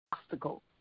obstacle